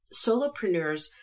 solopreneurs